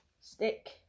Stick